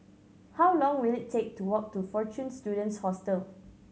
how long will it take to walk to Fortune Students Hostel